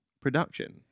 production